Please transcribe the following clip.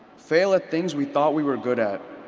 fail at things we thought we were good at,